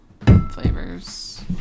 flavors